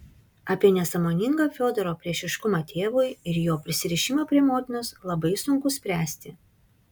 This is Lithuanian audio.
apie nesąmoningą fiodoro priešiškumą tėvui ir jo prisirišimą prie motinos labai sunku spręsti